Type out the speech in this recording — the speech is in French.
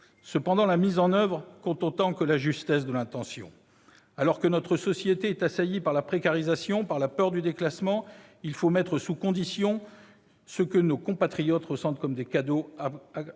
Cependant, la mise en oeuvre compte autant que la justesse de l'intention. Alors que notre société est assaillie par la précarisation, par la peur du déclassement, il faut mettre sous conditions ce que nos compatriotes ressentent comme des cadeaux accordés